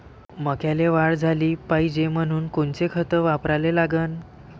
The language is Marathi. मक्याले वाढ झाली पाहिजे म्हनून कोनचे खतं वापराले लागन?